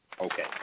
okay